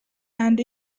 and